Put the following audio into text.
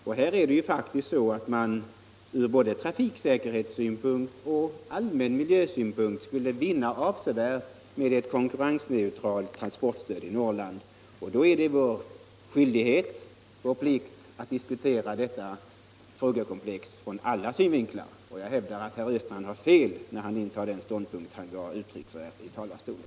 Det är faktiskt så att man ur både trafiksäkerhetssynpunkt och allmän miljösynpunkt skulle vinna mycket med ett konkurrensneutralt transportstöd för Norrland, och då är det vår skyldighet att diskutera detta frågekomplex ur alla synvinklar. Jag hävdar att herr Östrand har fel när han intar den ståndpunkt som han gav uttryck för i talarstolen.